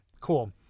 Cool